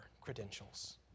credentials